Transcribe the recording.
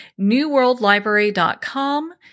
newworldlibrary.com